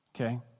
okay